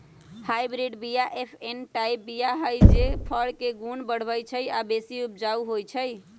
hybrid बीया F one type बीया हई जे फर के गुण बढ़बइ छइ आ बेशी उपजाउ होइ छइ